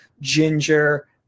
ginger